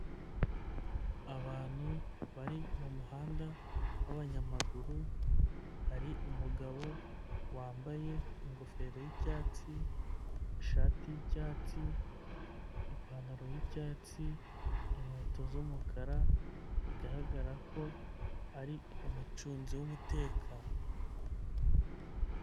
Abantu bari mu muhanda wabanyamaguru, hari umugabo wambaye ingofero y'icyatsi, ishati y'icyatsi, ipantaro y'icyatsi, inkweto z'umukara, bigaragara ko ari umucunzi w'umutekano.